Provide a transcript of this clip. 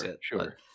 sure